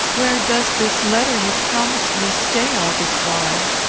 where does this letter you promised me stay all this while?